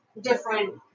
different